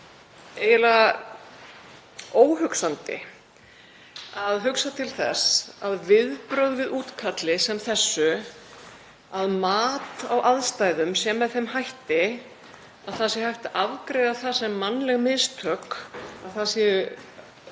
það er eiginlega óhugsandi að hugsa til þess að viðbrögð við útkalli sem þessu, að mat á aðstæðum sé með þeim hætti, að það sé hægt að afgreiða það sem mannleg mistök að það mæti